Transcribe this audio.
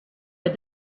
est